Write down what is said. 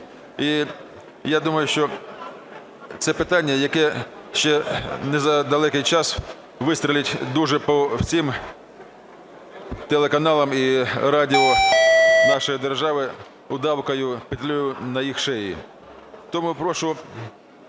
І я думаю, що це питання, яке ще не за далекий час вистрелить дуже по всім телеканалам і радіо нашої держави удавкою, петлею на їх шиї. Тому прошу